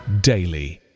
daily